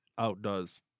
outdoes